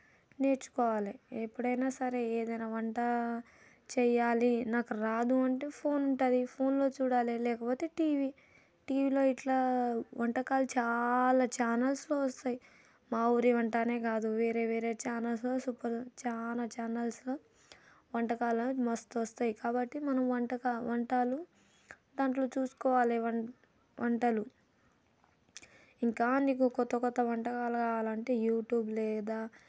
నేర్చుకోవాలి ఎప్పుడైనా సరే ఏదైనా వంట చేయాలి నాకు రాదు అంటే ఫోన్ ఉంటుంది ఫోన్లో చూడాలి లేకపోతే టీవీ టీవీలో ఇట్లా వంటకాలు చాలా చానల్స్లో వస్తాయి మా ఊరి వంటనే కాదు వేరే వేరే చానల్స్ సూపర్ చాలా చానల్స్లో వంటకాలు మస్తు వస్తాయి కాబట్టి మనం వంటకాలు వంటలు దాంట్లో చూసుకోవాలి వంటలు ఇంకా మీకు కొత్త కొత్త వంటకాలు కావాలంటే యూట్యూబ్ లేదా